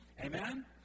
Amen